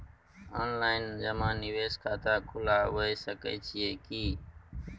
Online जमा निवेश खाता खुलाबय सकै छियै की?